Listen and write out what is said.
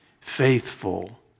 faithful